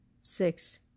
six